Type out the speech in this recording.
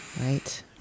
Right